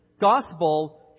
Gospel